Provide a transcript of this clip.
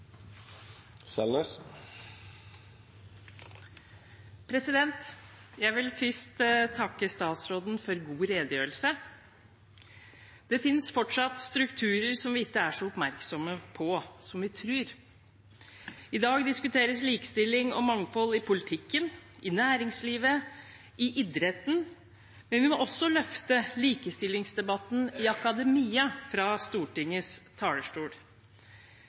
Jeg vil først takke statsråden for en god redegjørelse. Det finnes fortsatt strukturer som vi ikke er så oppmerksomme på som vi tror. I dag diskuteres likestilling og mangfold i politikken, i næringslivet, i idretten, men vi må også løfte likestillingsdebatten i akademia fra Stortingets talerstol.